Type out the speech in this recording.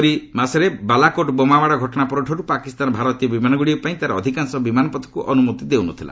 ଫେବୃୟାରୀ ମାସରେ ବାଲାକୋଟ୍ ବୋମାମାଡ ଘଟଣା ପରଠାରୁ ପାକିସ୍ତାନ ଭାରତୀୟ ବିମାନଗୁଡ଼ିକ ପାଇଁ ତାର ଅଧିକାଂଶ ବିମାନପଥକୁ ଅନୁମତି ଦେଉନଥିଲା